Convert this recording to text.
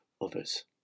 others